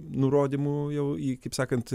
nurodymu jau jį kaip sakant